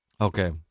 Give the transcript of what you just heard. Okay